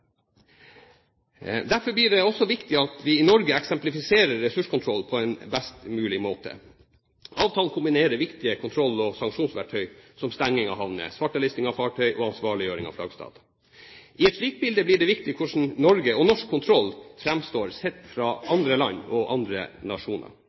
Derfor blir det også viktig at vi i Norge eksemplifiserer ressurskontroll på en best mulig måte. Avtalen kombinerer viktige kontroll- og sanksjonverktøy, som stenging av havner, svartelisting av fartøy og ansvarliggjøring av flaggstater. I et slikt bilde blir det viktig hvordan Norge og norsk kontroll framstår, sett fra